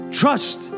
trust